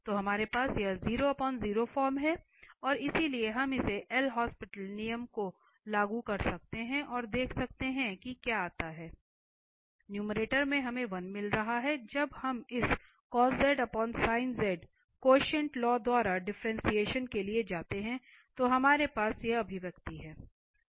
तो हमारे पास यह फॉर्म है और इसलिए हम इस L Hospital नियम को लागू कर सकते हैं और देख सकते हैं कि क्या आता है इसलिए नुमेरटर से हमें 1 मिल रहा है जब हम इस क्वॉटेंट लॉ द्वारा डिफ्रेंटिएशन के लिए जाते हैं तो हमारे पास यह अभिव्यक्ति है